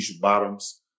Bottoms